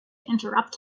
interrupt